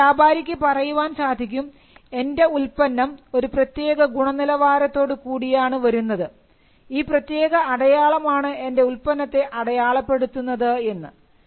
കാരണം വ്യാപാരിക്ക് പറയാൻ സാധിക്കും എൻറെ ഉൽപ്പന്നം ഒരു പ്രത്യേക ഗുണനിലവാരത്തോടുകൂടിയാണ് വരുന്നത് ഈ പ്രത്യേക അടയാളമാണ് എൻറെ ഉൽപ്പന്നത്തെ അടയാളപ്പെടുത്തുന്നത് എന്ന്